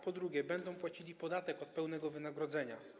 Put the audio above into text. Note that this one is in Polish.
Po drugie, będą płacili podatek od pełnego wynagrodzenia.